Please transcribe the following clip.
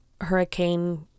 hurricane